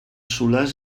solars